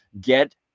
Get